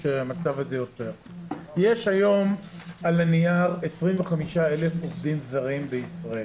יש היום על הנייר 25,000 עובדים זרים בישראל,